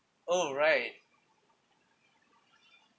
oh right